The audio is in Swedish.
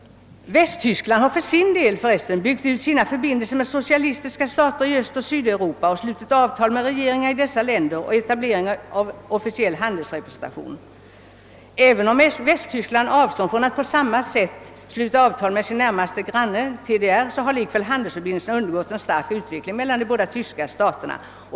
Västtyskland har för sin del byggt ut sina förbindelser med socialistiska stater i Östoch Sydeuropa och slutit avtal med regeringar i dessa länder om etablering av officiell handelsrepresentation. Även om Västtyskland avstått från att på samma sätt sluta avtal med sin närmaste granne TDR, så har likväl handelsförbindelserna undergått en stark utveckling mellan de båda tyska staterna.